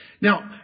Now